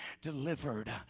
delivered